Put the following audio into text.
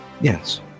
Yes